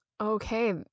Okay